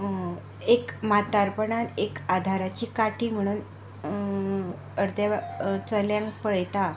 एक म्हातारपणान एक आदाराची खाटी म्हणून अर्दे चल्यांक पळयता